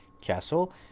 Castle